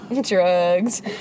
Drugs